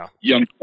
young